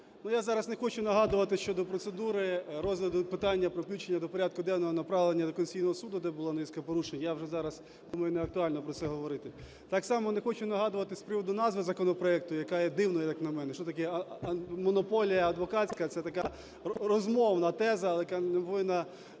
Я зараз не хочу нагадувати щодо процедури розгляду питання про включення до порядку денного направлення до Конституційного Суду, де була низка порушень. Я вже зараз думаю, неактуально про це говорити. Так само не хочу нагадувати з приводу назви законопроекту, яка є дивною, як на мене, що таке монополія адвокатська. Це така розмовна теза, але яка не повинна